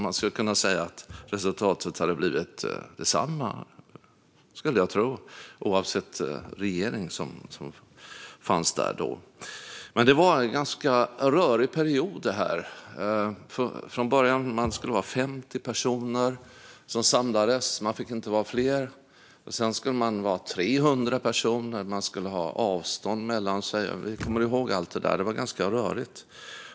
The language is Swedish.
Man skulle kunna säga att resultatet hade blivit detsamma oavsett regering. Men det var en ganska rörig period. Från början skulle man inte få vara fler än 50 personer som samlades. Sedan var det 300 personer, och man skulle ha avstånd mellan sig. Vi kommer ihåg allt det där. Det var ganska rörigt.